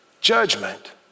judgment